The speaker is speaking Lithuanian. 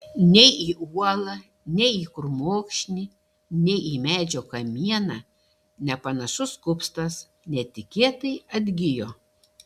nei į uolą nei į krūmokšnį nei į medžio kamieną nepanašus kupstas netikėtai atgijo